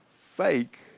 fake